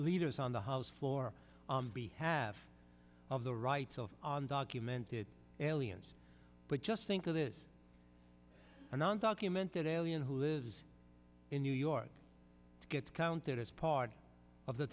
leaders on the house floor on behalf of the rights of on documented aliens but just think of this a non documented alien who lives in new york gets counted as part of the